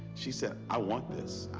she said i want this.